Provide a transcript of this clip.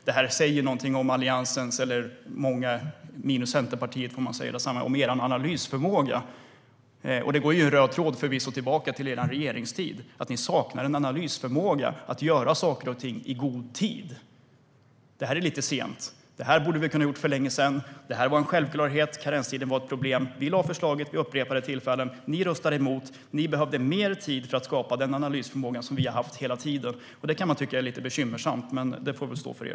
Detta säger något om Alliansens, eller rättare sagt Alliansens minus Centerpartiet, analysförmåga. Det går förvisso en röd tråd tillbaka till er regeringstid. Ni saknar en analysförmåga som låter er göra saker och ting i god tid. Nu är det lite sent. Det här borde vi ha kunnat göra för länge sedan. Det var en självklarhet att karenstiden var ett problem. Vi lade förslag om att ta bort den vid upprepade tillfällen. Ni röstade emot. Ni behövde mer tid för att skapa den analysförmåga som vi har haft hela tiden. Det kan man tycka är lite bekymmersamt, men det får väl stå för er.